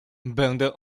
będę